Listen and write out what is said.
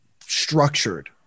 structured